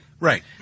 Right